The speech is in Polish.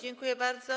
Dziękuję bardzo.